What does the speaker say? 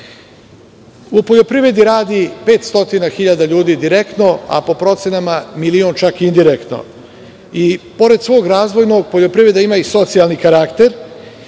u poljoprivredi radi 500 hiljada ljudi direktno, a po procenama milion indirektno i pored svog razvojnog, poljoprivreda ima i socijalni karakter. Ključna